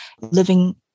living